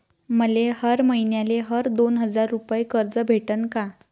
मले हर मईन्याले हर दोन हजार रुपये कर्ज भेटन का?